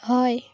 হয়